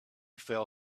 fell